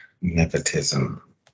Nepotism